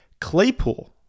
Claypool